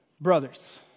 Brothers